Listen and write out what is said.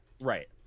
right